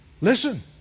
Listen